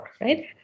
right